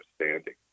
understanding